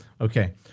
Okay